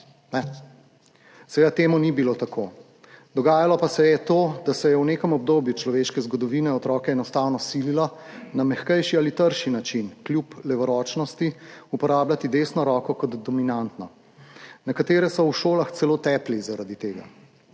Seveda ni bilo tako. Dogajalo pa se je to, da se je v nekem obdobju človeške zgodovine otroke enostavno sililo, na mehkejši ali trši način, kljub levoročnosti uporabljati desno roko kot dominantno. Nekatere so v šolah celo tepli zaradi tega.